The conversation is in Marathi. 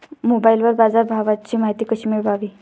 मोबाइलवर बाजारभावाची माहिती कशी मिळवावी?